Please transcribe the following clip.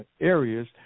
areas